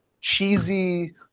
cheesy